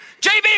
JB